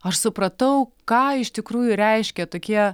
aš supratau ką iš tikrųjų reiškia tokie